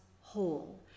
whole